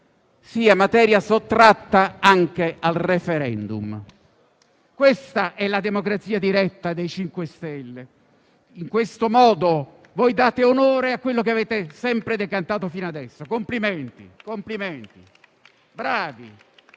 sia materia sottratta anche al *referendum*. Questa è la democrazia diretta dei 5 Stelle. In questo modo voi date onore a quello che avete sempre decantato fino a adesso. Complimenti! Bravi!